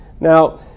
Now